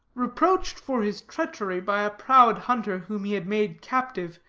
reproached for his treachery by a proud hunter whom he had made captive,